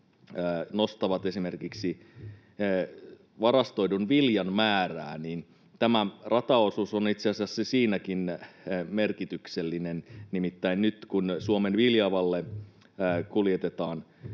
nostavat esimerkiksi varastoidun viljan määrää, ja tämä rataosuus on itse asiassa siinäkin merkityksellinen, nimittäin nyt kun Suomen Viljavalle kuljetetaan